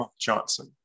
Johnson